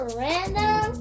random